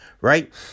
Right